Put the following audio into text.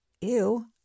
ew